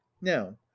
now